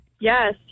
yes